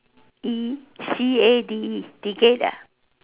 E C A D E decade ah